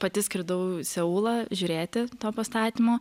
pati skridau seulą žiūrėti to pastatymo